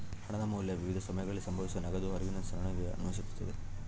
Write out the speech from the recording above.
ಹಣದ ಮೌಲ್ಯ ವಿವಿಧ ಸಮಯಗಳಲ್ಲಿ ಸಂಭವಿಸುವ ನಗದು ಹರಿವಿನ ಸರಣಿಗೆ ಅನ್ವಯಿಸ್ತತೆ